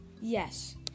yes